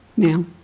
now